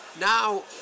now